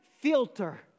filter